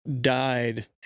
died